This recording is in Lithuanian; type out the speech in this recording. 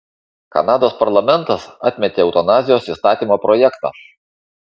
kanados parlamentas atmetė eutanazijos įstatymo projektą